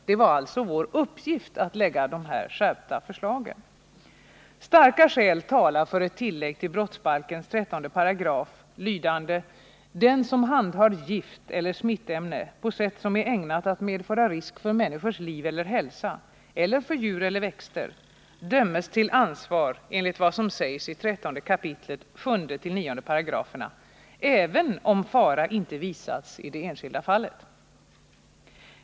Det var alltså vår uppgift att lägga fram de här skärpta förslagen. Starka skäl talar för ett tillägg till brottsbalkens 13 § lydande: ”Den som handhar gift eller smittämne på sätt som är ägnat att medföra risk för människors liv eller hälsa eller för djur eller växter, dömes till ansvar enligt vad som sägs i 13 kap. 7-9 §§ även om fara inte visats i det enskilda fallet”.